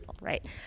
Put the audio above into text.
right